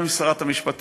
גם עם שרת המשפטים,